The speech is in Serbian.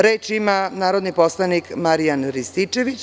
Reč ima narodni poslanik Marijan Rističević.